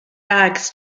bags